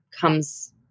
comes